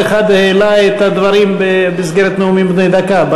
כל אחד העלה את הדברים במסגרת נאומים בני דקה.